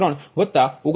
0349